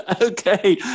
Okay